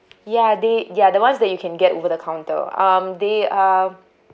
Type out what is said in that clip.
ya they ya the ones that you can get over the counter um they are